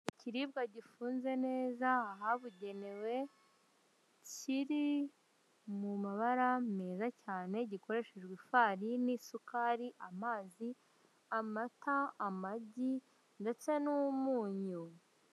Ikiribwa gifunze neza ahabuganewe kiri mu mabara meza cyane gikoreshejwe ifarini, isukari, amazi, amata, amagi ndetse n'umunyu.